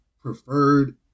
preferred